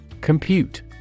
Compute